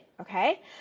Okay